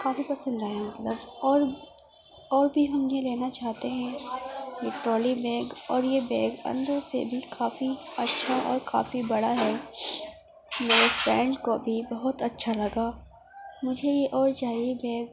کافی پسند آیا مطلب اور اور بھی ہم یہ لینا چاہتے ہیں ٹرالی بیگ اور یہ بیگ اندر سے بھی کافی اچھا اور کافی بڑا ہے میری فرینڈ کو بھی بہت اچھا لگا مجھے یہ اور چاہیے بیگ